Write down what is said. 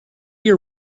your